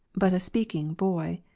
but a speaking boy.